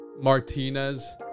Martinez